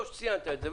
טוב שציינת את זה.